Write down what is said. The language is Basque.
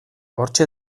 hortxe